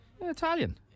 Italian